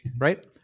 right